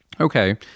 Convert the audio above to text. okay